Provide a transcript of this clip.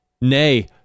nay